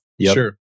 Sure